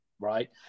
Right